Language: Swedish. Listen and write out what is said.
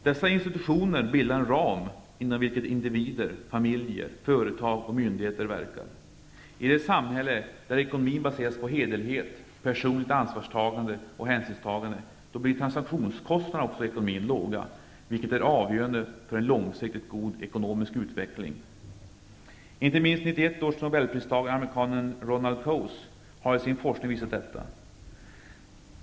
Dessa institutioner bildar den ram inom vilken individer, familjer, företag och myndigheter verkar. I det samhälle där ekonomin baseras på hederlighet, personligt ansvarstagande och hänsynstagande blir transaktionskostnaderna i ekonomin låga, vilket är avgörande för en långsiktigt god ekonomisk utveckling. Inte minst Coase, har i sin forskning visat på detta.